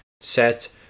set